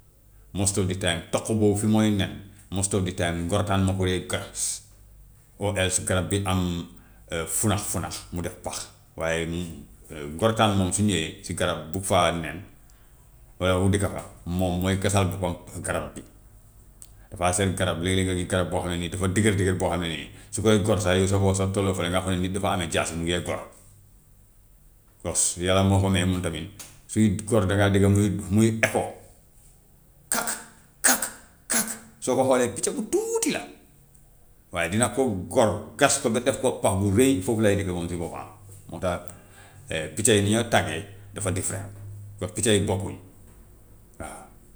Most every time toq boobu fu muy nen most every time ngortaan moo ko dee gas garab bi am furax-funax mu def pax, waaye nii gortaan moom su ñëwee si garab bi bugg faa nen walla mu dëkk fa moom mooy gasal boppam garab bi, dafa seet garab léeg-léeg nga gis garab boo xam ne nii dafa dëgër dëgër boo xam ne nii su koy gor sax yow soo foo soo tolloo fële nga foog ne nit dafay ame jaasi mu ngee gor, kos yàlla moo ko may moom tamit suy gor dangaa dégg muy muy écho kak kak kak soo ko xoolee picc bu tuuti la waaye dina ko gor, gas ko ba def ko pax mu rëy foofu lay dëkk moom si boppam, moo tax picc yi ni ñoo taggee dafa different, kon picc yi bokkuñ waaw.